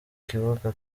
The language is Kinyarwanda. kibuga